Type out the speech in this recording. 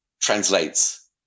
translates